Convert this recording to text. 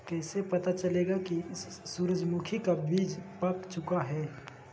कैसे पता चलेगा की सूरजमुखी का बिज पाक चूका है?